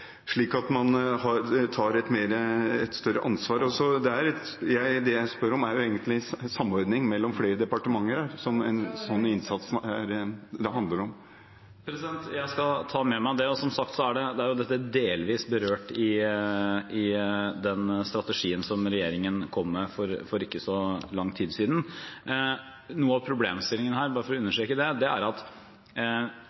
slik at man tar et større ansvar. Det jeg spør om her, er egentlig samordning mellom flere departementer. Jeg skal ta med meg det, og, som sagt er dette delvis berørt i den strategien som regjeringen kom med for ikke så lang tid siden. Bare for å understreke det: Hvis man bare tar barnet sitt ut av skolen, uten å